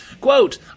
Quote